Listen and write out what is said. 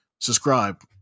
Subscribe